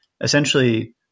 essentially